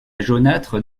jaunâtre